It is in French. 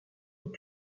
aux